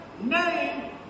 name